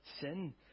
sin